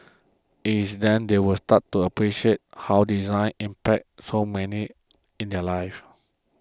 it's then that they will start to appreciate how design impacts so many in their lives